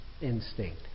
instinct